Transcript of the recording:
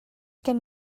gen